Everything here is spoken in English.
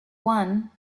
one